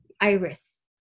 Iris